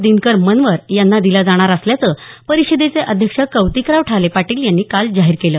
दिनकर मनवर यांना दिला जाणार असल्याचं परिषदेचे अध्यक्ष कौतिकराव ठाले पाटील यांनी काल जाहीर केलं